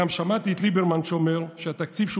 גם שמעתי את ליברמן אומר שהתקציב שהוא